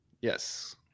Yes